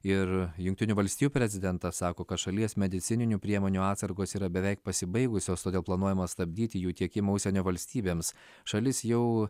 ir jungtinių valstijų prezidentas sako kad šalies medicininių priemonių atsargos yra beveik pasibaigusios todėl planuojama stabdyti jų tiekimą užsienio valstybėms šalis jau